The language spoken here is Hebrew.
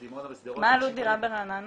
בדימונה ושדרות --- מה עלות דירה ברעננה?